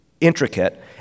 intricate